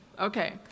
okay